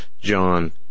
John